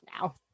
now